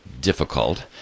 difficult